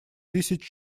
тысяч